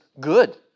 good